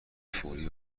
فوری